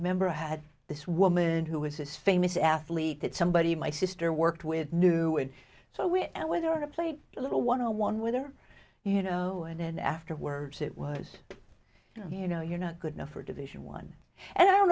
remember had this woman who was this famous athlete that somebody my sister worked with knew it so we and where there are played a little one on one with her you know and then afterwards it was you know you're not good enough for division one and i don't